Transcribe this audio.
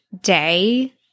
day